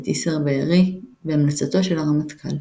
את איסר בארי בהמלצתו של הרמטכ"ל.